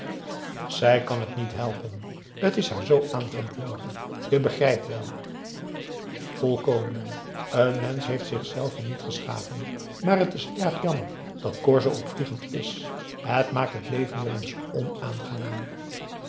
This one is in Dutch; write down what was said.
zij kan het niet helpen het is haar zoo aangeboren je begrijpt wel volkomen n mensch heeft zich zelven niet geschapen maar t is erg jammer dat cor zoo opvliegend is het maakt t leven wel eens onaangenaam